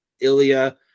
Ilya